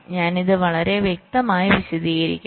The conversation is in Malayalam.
ഞാൻ ഇത് വളരെ വ്യക്തമായി വിശദീകരിക്കും